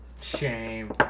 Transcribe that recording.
Shame